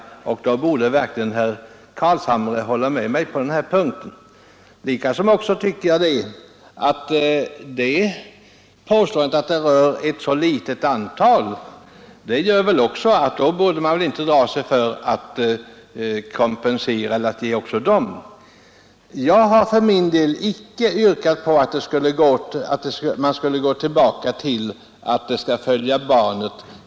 Herr Carlshamre borde verkligen hålla med mig på denna punkt. Särskilt när det gäller ett så litet antal, borde man inte ha dragit sig för att ge även dem kompensation. Jag har för min del inte yrkat på att man skall gå tillbaka till att bidraget skall följa barnet.